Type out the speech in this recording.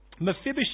Mephibosheth